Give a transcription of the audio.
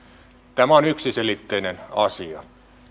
tämä on yksiselitteinen asia